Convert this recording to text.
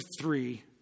three